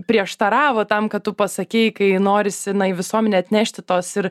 prieštaravo tam ką tu pasakei kai norisi na į visuomenę atnešti tos ir